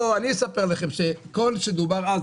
אני אספר לכם שכל שדובר אז,